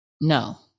No